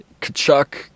Kachuk